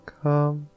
come